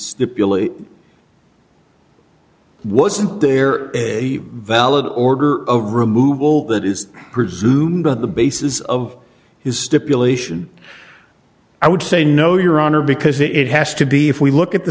stipulate wasn't there a valid order a removal that is presumed on the basis of his stipulation i would say no your honor because it has to be if we look at the